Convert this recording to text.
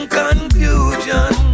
confusion